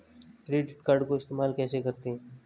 Credit card को इस्तेमाल कैसे करते हैं?